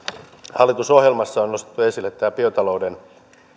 hallitusohjelmassa on nostettu esille tämä biotalouden